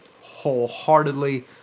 wholeheartedly